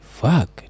fuck